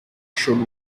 should